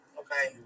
okay